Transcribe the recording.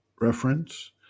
Reference